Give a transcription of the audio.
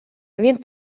він